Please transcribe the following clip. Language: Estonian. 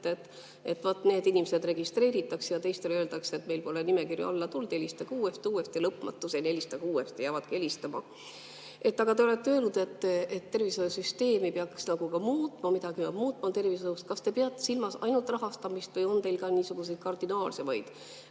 vaat need inimesed registreeritakse, aga teistele öeldakse, et meil pole nimekirju alla tulnud, helistage uuesti, uuesti, lõpmatuseni, helistage uuesti. Nad jäävadki helistama. Aga te olete öelnud, et tervishoiusüsteemi peaks nagu muutma, midagi peab muutma tervishoius. Kas te peate silmas ainult rahastamist või ka niisuguseid kardinaalsemaid